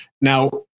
now